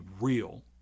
real